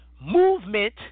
movement